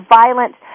violence